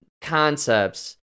concepts